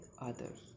others